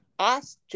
Ask